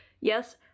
yes